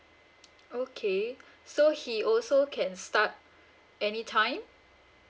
okay so he also can start any time